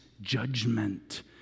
judgment